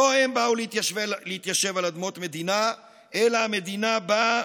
לא הם באו להתיישב על אדמות מדינה אלא המדינה באה,